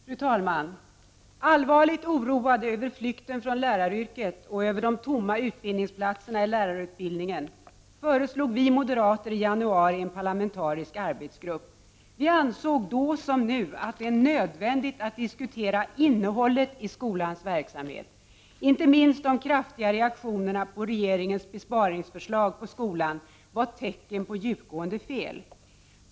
Fru talman! Allvarligt oroade över flykten från läraryrket och över de tomma utbildningsplatserna i lärarutbildningen föreslog vi moderater i januari en parlamentarisk arbetsgrupp. Vi ansåg då som nu att det är nödvändigt att diskutera innehållet i skolans verksamhet. Inte minst de kraftiga reaktionerna på regeringens besparingsförslag när det gäller skolan var tecken på att det finns djupgående fel.